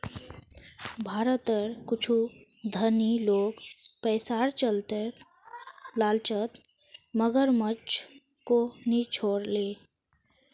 भारतत कुछू धनी लोग पैसार लालचत मगरमच्छको नि छोड ले